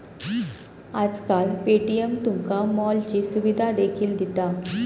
आजकाल पे.टी.एम तुमका मॉलची सुविधा देखील दिता